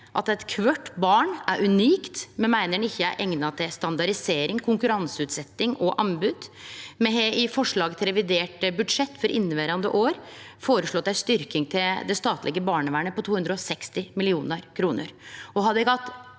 på at kvart barn er unikt, men me meiner det ikkje er eigna til standardisering, konkurranseutsetjing og anbod. Me har i forslag til revidert budsjett for inneverande år føreslått ei styrking til det statlege barnevernet på 260 mill. kr.